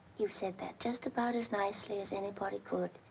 you said that just about as nicely as anybody could.